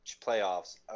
playoffs –